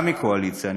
גם מהקואליציה,